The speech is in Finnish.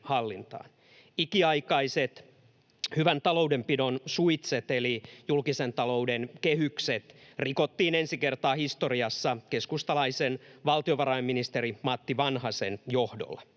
Ikiaikaiset hyvän taloudenpidon suitset eli julkisen talouden kehykset rikottiin ensi kertaa historiassa keskustalaisen valtiovarainministerin Matti Vanhasen johdolla,